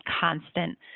constant